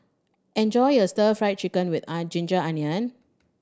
enjoy your Stir Fried Chicken with ginger onion